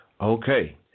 Okay